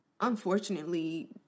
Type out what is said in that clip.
unfortunately